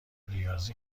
ریاضی